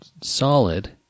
solid